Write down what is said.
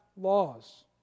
laws